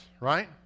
right